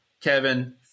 Kevin